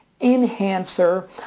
enhancer